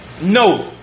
No